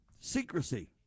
secrecy